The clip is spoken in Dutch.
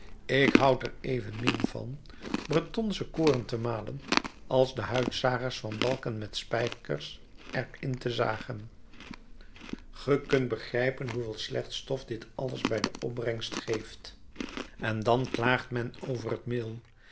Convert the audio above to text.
ik houd er evenmin van bretonsch koren te malen als de houtzagers van balken met spijkers er in te zagen ge kunt begrijpen hoeveel slecht stof dit alles bij de opbrengst geeft en dan klaagt men over het meel